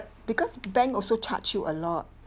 because bank also charge you a lot